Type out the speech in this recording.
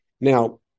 Now